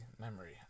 memory